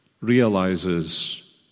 realizes